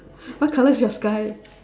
what color is your sky